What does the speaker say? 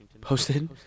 posted